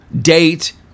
date